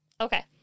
Okay